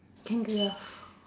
kangiraffe